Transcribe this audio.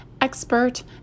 expert